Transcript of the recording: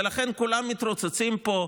ולכן כולם מתרוצצים פה,